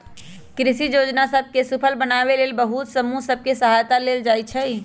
कृषि जोजना सभ के सूफल बनाबे लेल बहुते समूह सभ के सहायता लेल जाइ छइ